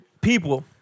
people